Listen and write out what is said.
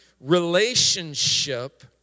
relationship